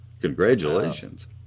Congratulations